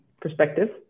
perspective